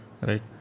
Right